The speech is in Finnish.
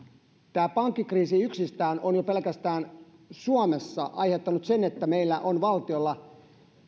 pankkikriisi yksistään on jo pelkästään suomessa aiheuttanut sen että meillä on valtiolla